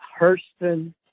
Hurston